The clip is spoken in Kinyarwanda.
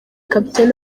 captain